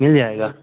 मिल जाएगा